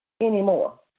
anymore